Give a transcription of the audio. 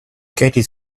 katie